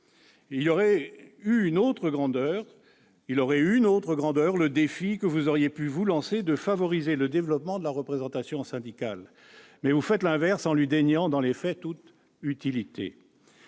Il aurait eu une autre grandeur, madame la ministre, le défi que vous auriez pu vous lancer de favoriser le développement de la représentation syndicale. Mais vous faites l'inverse en lui déniant, dans les faits, toute utilité.